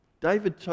David